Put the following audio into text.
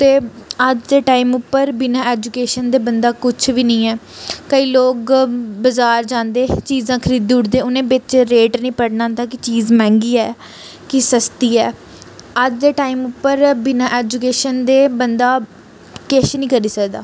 ते अज्ज दे टाइम उप्पर बिना ऐजुकेशन दे बंदा कुछ बी नी ऐ केईं लोक बजार जांदे चीज़ां खरीदी ओड़दे उनें बिच्च रेट नी पढ़ना आंदा कि चीज़ मैंह्गी ऐ कि सस्ती ऐ अज्ज दे टाइम उप्पर बिना ऐजुकेशन दे बंदा किश नी करी सकदा